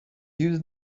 used